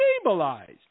Stabilized